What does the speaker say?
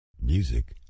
Music